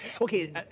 Okay